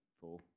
four